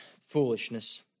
foolishness